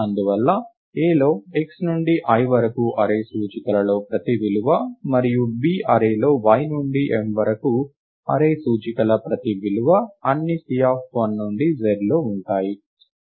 అందువల్ల A లో x నుండి l వరకు అర్రే సూచికలలోని ప్రతి విలువ మరియు B అర్రే లో y నుండి m వరకు అర్రే సూచికల ప్రతి విలువ అన్ని C1 నుండి zలో ఉంటాయి